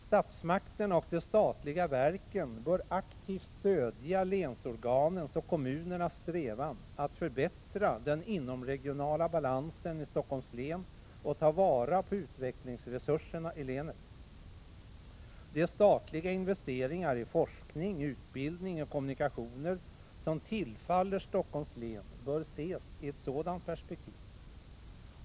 Statsmakterna och de statliga verken bör aktivt stödja länsorganens och kommunernas strävan att förbättra den inomregionala balansen i Stockholms län och ta vara på utvecklingsresurserna i länet. De statliga investeringar i forskning, utbildning och kommunikationer som tillfaller Stockholms län bör ses i ett sådant perspektiv.